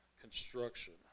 construction